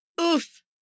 Oof